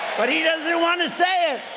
but he doesn't want to say it.